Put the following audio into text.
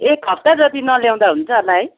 एक हफ्ता जति नल्याउँदा हुन्छ होला है